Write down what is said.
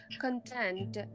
content